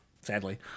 sadly